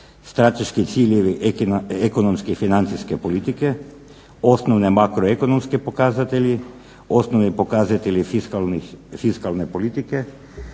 strateški ciljevi ekonomske financijske politike, osnovni makroekonomski pokazatelji, osnovni pokazatelji fiskalne politike,